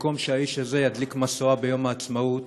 במקום שהאיש הזה ידליק משואה ביום העצמאות,